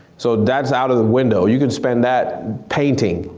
so that's out of the window. you could spend that painting.